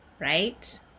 right